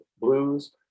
blues